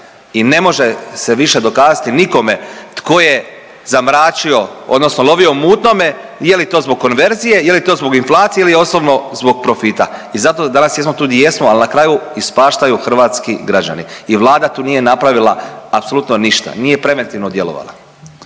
i ne može se više dokazati nikome tko je zamračio odnosno lovio u mutnome i je li to zbog konverzije, je li to zbog inflacije ili osobno zbog profita i zato danas jesmo tu di jesmo, al na kraju ispaštaju hrvatski građani i Vlada tu nije napravila apsolutno ništa, nije preventivno djelovala.